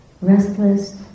restless